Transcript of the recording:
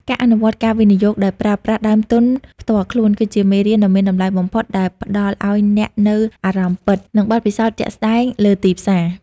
ការអនុវត្តការវិនិយោគដោយប្រើប្រាស់ដើមទុនផ្ទាល់ខ្លួន គឺជាមេរៀនដ៏មានតម្លៃបំផុតដែលផ្ដល់ឱ្យអ្នកនូវអារម្មណ៍ពិត និងបទពិសោធន៍ជាក់ស្ដែងលើទីផ្សារ។